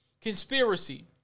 conspiracy